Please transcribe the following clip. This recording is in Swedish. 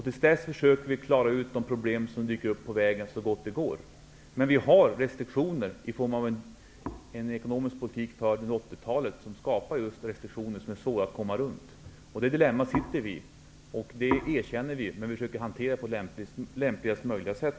Till dess försöker vi klara ut de problem som dyker upp på vägen. Men vi har restriktioner, som skapades av den ekonomiska politik som fördes under 80-talet, och de är svåra att komma runt. Det dilemmat sitter vi i, och det erkänner vi, men vi försöker hantera det på lämpligast möjliga sätt.